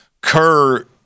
Kerr